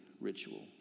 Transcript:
ritual